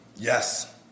Yes